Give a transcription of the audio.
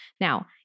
Now